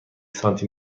سانتی